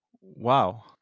Wow